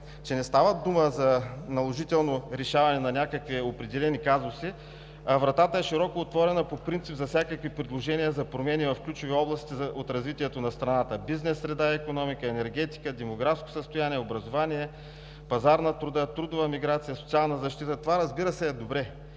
че не става дума за наложително решаване на някакви определени казуси, а вратата е широко отворена по принцип за всякакви предложения за промени в ключови области от развитието на страната: бизнес среда и икономика, енергетика, демографско състояние, образование, пазар на труда, трудова миграция, социална защита. Това, разбира се, е добре.